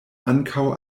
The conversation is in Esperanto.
ankaŭ